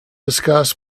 discuss